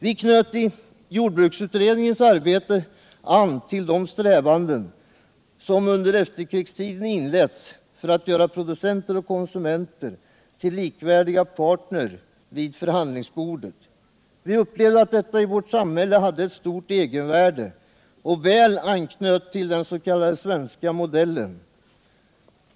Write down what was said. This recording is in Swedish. Vi knöt i jordbruksutredningens arbete an till de strävanden som under efterkrigstiden inletts för att göra producenter och konsumenter till likvärdiga partner vid förhandlingsbordet. Vi upplevde att detta i vårt samhälle hade ett stort egenvärde och väl anknöt till den s.k. svenska modellen.